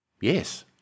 Yes